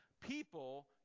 people